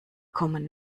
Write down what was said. kommen